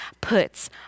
puts